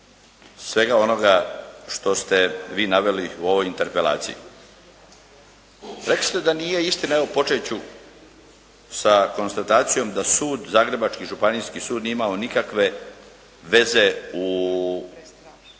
svega onoga što ste vi naveli u ovoj interpelaciji. Rekli ste da nije istina, evo početi ću sa konstatacijom da zagrebački Županijski sud nije imamo nikakve veze u